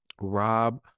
Rob